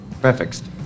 prefixed